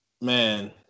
man